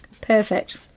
Perfect